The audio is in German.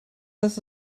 heißt